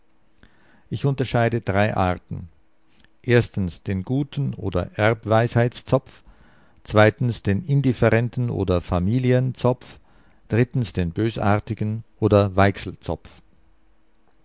ich unterscheide drei arten erstens den guten oder erbweisheits zopf zweitens den indifferenten oder familien zopf drittens den bösartigen oder